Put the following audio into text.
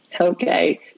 Okay